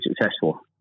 successful